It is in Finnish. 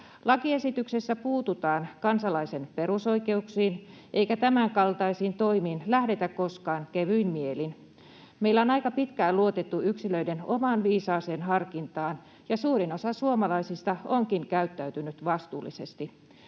Lakiesityksessä puututaan kansalaisen perusoikeuksiin, eikä tämänkaltaisiin toimiin lähdetä koskaan kevyin mielin. Meillä on aika pitkään luotettu yksilöiden omaan viisaaseen harkintaan, ja suurin osa suomalaisista onkin käyttäytynyt vastuullisesti.